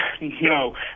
no